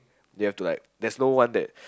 they've to like there's no one that